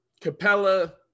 Capella